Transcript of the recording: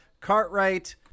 Cartwright